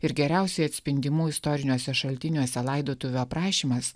ir geriausiai atspindimų istoriniuose šaltiniuose laidotuvių aprašymas